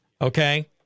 okay